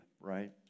right